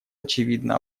очевидно